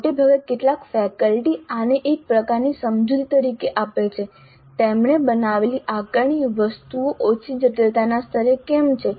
મોટેભાગે કેટલાક ફેકલ્ટી આને એક પ્રકારની સમજૂતી તરીકે આપે છે તેમણે બનાવેલી આકારણી વસ્તુઓ ઓછી જટિલતાના સ્તરે કેમ છે